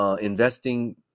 investing